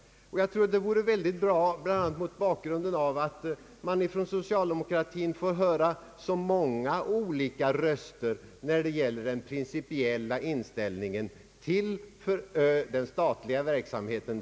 Jag tror att det skulle vara bra bland annat mot bakgrunden av att vi från socialdemokratin får höra så många olika önskemål när det gäller den principiella inställningen till den statliga verksamheten.